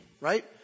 right